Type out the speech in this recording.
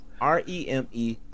R-E-M-E